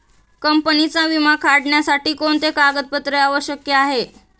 कंपनीचा विमा काढण्यासाठी कोणते कागदपत्रे आवश्यक आहे?